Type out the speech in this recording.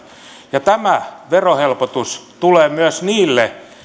ja tämä verohelpotus tulee myös niille